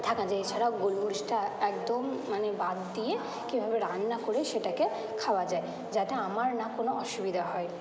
থাকা যায় এছাড়াও গোলমরিচটা একদম মানে বাদ দিয়ে কীভাবে রান্না করে সেটাকে খাওয়া যায় যাতে আমার না কোনো অসুবিধা হয়